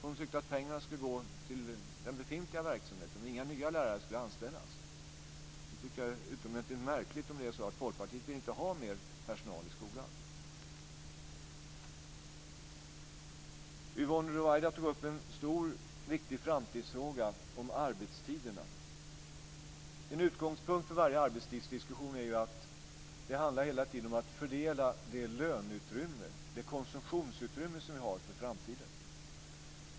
Hon tyckte att pengarna skulle gå till den befintliga verksamheten och att inga nya lärare skulle anställas. Jag tycker att det är utomordentligt märkligt om Folkpartiet inte vill ha mer personal i skolan. Yvonne Ruwaida tog upp en stor viktig framtidsfråga om arbetstiderna. En utgångspunkt för varje arbetstidsdiskussion är att det hela tiden handlar om att fördela det löneutrymme, det konsumtionsutrymme, vi har för framtiden.